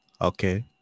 okay